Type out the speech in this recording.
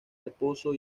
reposo